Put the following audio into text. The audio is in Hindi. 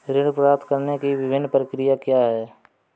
ऋण प्राप्त करने की विभिन्न प्रक्रिया क्या हैं?